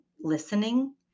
listening